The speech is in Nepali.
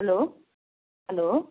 hello hello